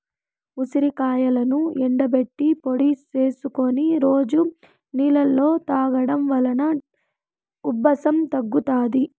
ఉసిరికాయలను ఎండబెట్టి పొడి చేసుకొని రోజు నీళ్ళలో తాగడం వలన ఉబ్బసం తగ్గుతాది